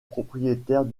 propriétaire